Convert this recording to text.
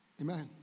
Amen